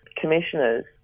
commissioners